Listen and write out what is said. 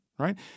Right